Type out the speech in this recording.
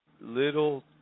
little